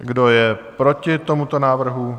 Kdo je proti tomuto návrhu?